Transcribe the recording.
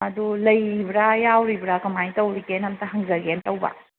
ꯑꯗꯨ ꯂꯩꯔꯤꯕ꯭ꯔꯥ ꯌꯥꯎꯔꯤꯕ꯭ꯔꯥ ꯀꯃꯥꯏꯅ ꯇꯧꯔꯤꯒꯦꯅ ꯑꯝꯇ ꯍꯪꯖꯒꯦꯅ ꯇꯧꯕ